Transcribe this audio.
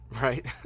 right